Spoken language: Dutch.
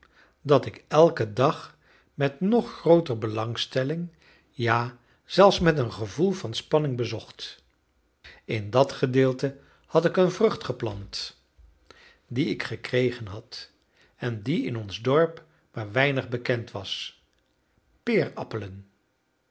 dat ik elken dag met nog grooter belangstelling ja zelfs met een gevoel van spanning bezocht in dat gedeelte had ik een vrucht geplant die ik gekregen had en die in ons dorp maar weinig bekend was peerappelen